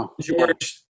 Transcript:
George